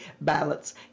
ballots